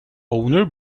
owner